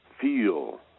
feel